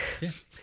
Yes